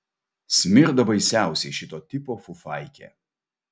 smirda baisiausiai šito tipo fufaikė